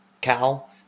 Cal